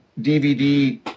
DVD